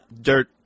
dirt